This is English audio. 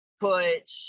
put